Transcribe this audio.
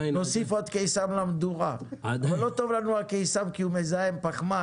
נוסיף עוד קיסם למדורה" אבל לא טוב לנו הקיסם כי הוא מזהם פחמן,